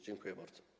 Dziękuję bardzo.